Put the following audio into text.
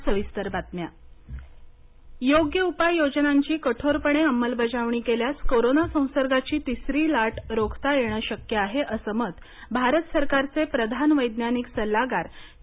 तिसरी लाट योग्य उपाय योजनांची कठोरपणे अंमलबजावणी केल्यास कोरोना संसर्गाची तिसरी लाट रोखता येणं शक्य आहेअसं मत भारत सरकारचे प्रधान वैज्ञानिक सल्लागार के